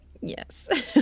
Yes